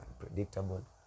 unpredictable